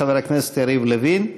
חבר הכנסת יריב לוין.